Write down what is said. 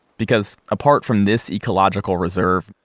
because apart from this ecological reserve,